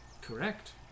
Correct